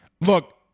Look